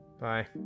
bye